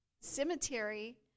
cemetery